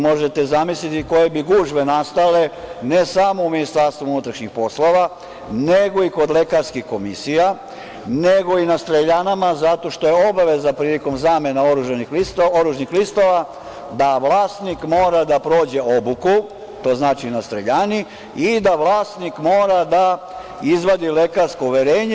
Možete zamisliti koje bi gužve nastale, ne samo u Ministarstvu unutrašnjih poslova, nego i kod lekarskih komisija, nego i na streljanama, zato što je obaveza prilikom zamene oružnih listova da vlasnik mora da prođe obuku, to znači na streljani, i da vlasnik mora da izvadi lekarsko uverenje.